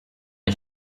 ich